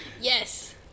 Yes